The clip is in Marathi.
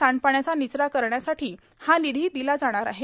सांडपाण्याचा निचरा करण्यासाठी हा निधी दिला जाणार आहे